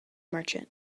merchant